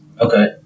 Okay